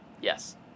Yes